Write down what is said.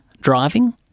driving